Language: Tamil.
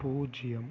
பூஜ்ஜியம்